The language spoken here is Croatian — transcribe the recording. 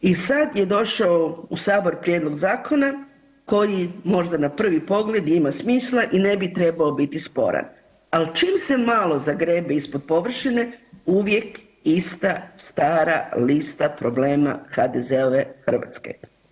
I sad je došao u sabor prijedlog zakona koji možda na prvi pogled ima smisla i ne bi trebao biti sporan, al čim se malo zagrebe ispod površine uvijek ista stara lista problema HDZ-ove Hrvatske.